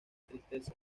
tristeza